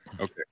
Okay